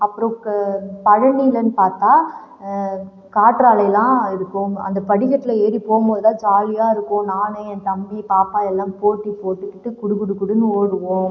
அப்புறம் க பழனிலன்னு பார்த்தால் காற்றாலைலாம் இருக்கும் அந்த படிக்கட்டில் ஏறி போகும் போது தான் ஜாலியாக இருக்கும் நானு என் தம்பி பாப்பா எல்லாம் போட்டி போட்டுக்கிட்டு குடுகுடுகுடுன்னு ஓடுவோம்